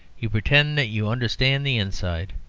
you pretend that you understand the inside.